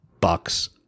bucks